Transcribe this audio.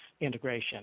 integration